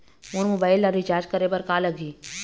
मोर mobile ला recharge करे बर का लगही?